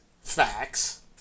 facts